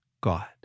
God